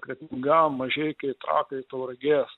kretinga mažeikiai trakai tauragė